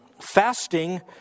Fasting